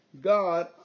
God